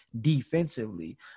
defensively